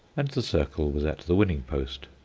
and the circle was at the winning-post,